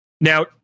Now